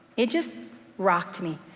it just rocked me,